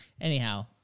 Anyhow